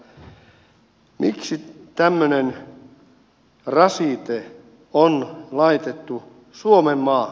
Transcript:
miksi tämmöinen rasite on laitettu suomenmaahan